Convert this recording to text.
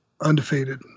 undefeated